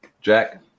Jack